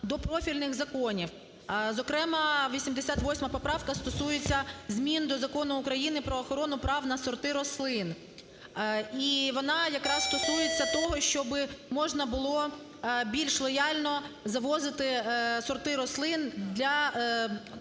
до профільних законів, зокрема, 88 поправка стосується змін до Закону України "Про охорону прав на сорти рослин". І вона якраз стосується того, щоб можна було більш лояльно завозити сорти рослин для